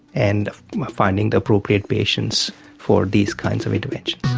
and of finding the appropriate patients for these kinds of interventions.